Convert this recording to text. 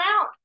out